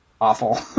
awful